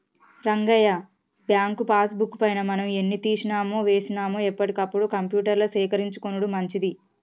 Rangayya bank passbook పైన మనం ఎన్ని తీసినామో వేసినాము ఎప్పటికప్పుడు కంప్యూటర్ల సేకరించుకొనుడు మంచిది